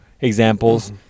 examples